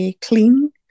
clean